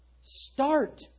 Start